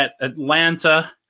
atlanta